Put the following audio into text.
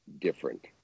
different